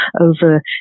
over